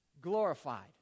Glorified